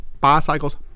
bicycles